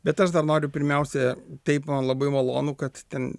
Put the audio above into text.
bet aš noriu pirmiausia taip man labai malonu kad ten